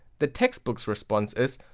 the textbook response is,